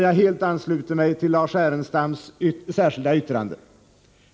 Jag ansluter mig helt till Lars Ernestams särskilda yttrande.